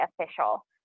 official